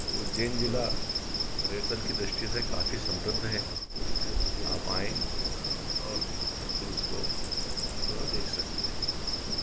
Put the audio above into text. तो उज्जैन जिला पर्यटन की दृष्टि से काफी समृद्ध है आप आएँ और बिल्कुल इसको देख सकते हैं